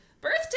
Birthday